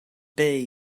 beth